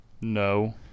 No